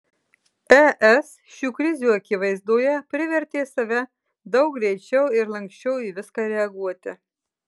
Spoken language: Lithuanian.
es šių krizių akivaizdoje privertė save daug greičiau ir lanksčiau į viską reaguoti